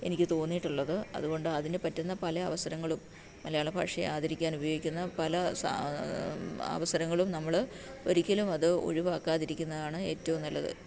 എനിക്ക് തോന്നിയിട്ടുള്ളത് അതുകൊണ്ട് അതിനു പറ്റുന്ന പല അവസരങ്ങളും മലയാളഭാഷയെ ആദരിക്കാൻ ഉപയോഗിക്കുന്ന പല സ അവസരങ്ങളും നമ്മൾ ഒരിക്കലും അത് ഒഴിവാക്കാതിരിക്കുന്നതാണ് ഏറ്റവും നല്ലത്